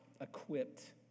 equipped